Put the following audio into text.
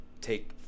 take